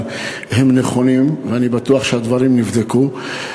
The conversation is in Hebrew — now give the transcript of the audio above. הם נכונים ואני בטוח שהדברים נבדקו.